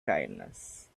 kindness